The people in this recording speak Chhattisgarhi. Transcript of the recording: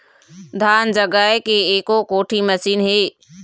धान जगाए के एको कोठी मशीन हे?